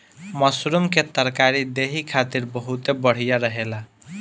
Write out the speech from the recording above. mushroom के तरकारी देहि खातिर बहुते बढ़िया रहेला